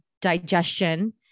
digestion